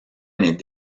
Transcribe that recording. n’est